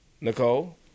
Nicole